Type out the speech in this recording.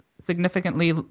significantly